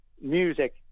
music